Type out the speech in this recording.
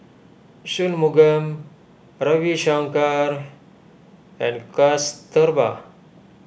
Shunmugam Ravi Shankar and Kasturba